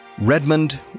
Redmond